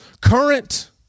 current